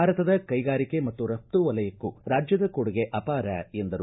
ಭಾರತದ ಕೈಗಾರಿಕೆ ಮತ್ತು ರಫ್ತು ವಲಯಕ್ಕೂ ರಾಜ್ಯದ ಕೊಡುಗೆ ಅಪಾರ ಎಂದರು